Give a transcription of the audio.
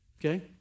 okay